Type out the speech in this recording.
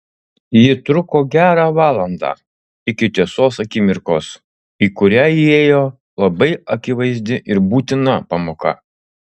ji truko gerą valandą iki tiesos akimirkos į kurią įėjo labai akivaizdi ir būtina pamoka